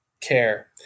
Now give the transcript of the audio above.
care